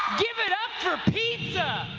give it up for pizza.